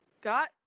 got